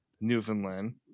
Newfoundland